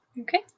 Okay